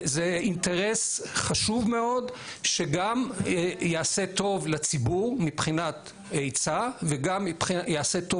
זה אינטרס חשוב מאוד שגם יעשה טוב לציבור מבחינת היצע וגם יעשה טוב